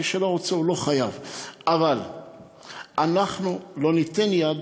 מי שלא רוצה, הוא לא חייב, אבל אנחנו לא ניתן יד